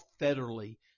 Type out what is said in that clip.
federally